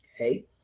Okay